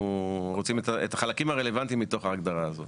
רוצים את החלקים הרלוונטיים מתוך ההגדרה הזו.